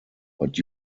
but